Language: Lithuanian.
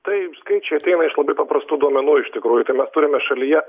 taip skaičiai ateina iš labai paprastų duomenų iš tikrųjų tai mes turime šalyje